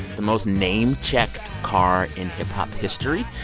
the most name-checked car in hip-hop history.